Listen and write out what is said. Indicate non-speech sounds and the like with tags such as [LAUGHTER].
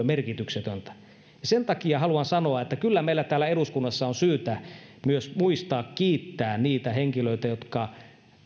[UNINTELLIGIBLE] merkityksetöntä sen takia haluan sanoa että kyllä meillä täällä eduskunnassa on syytä muistaa myös kiittää niitä henkilöitä jotka